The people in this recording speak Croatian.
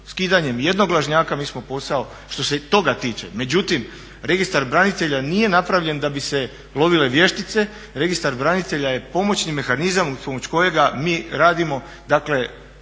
Skidanjem jednog lažnjaka mi smo posao, što se toga tiče. Međutim, Registar branitelja nije napravljen da bi se lovile vještice, Registar branitelja je pomoćni mehanizam uz pomoć kojega mi radimo.